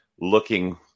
looking